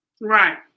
Right